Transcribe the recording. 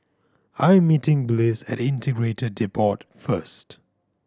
I am meeting Bliss at Integrated Depot first